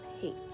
hate